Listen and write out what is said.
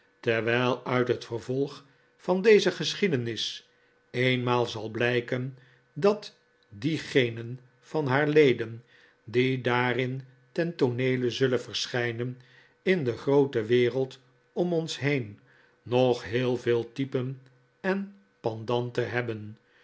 terwijl uit het vervolg van deze geschiedenis eenmaal zal blijken dat diegenen van haar leden die daarin ten tooneele zullen verschijnen in de groote wereld om ons heen nog heel veel typen en pendanten hebben